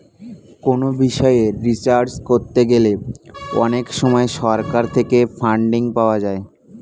কোনো বিষয়ে রিসার্চ করতে গেলে অনেক সময় সরকার থেকে ফান্ডিং পাওয়া যায়